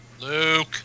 Luke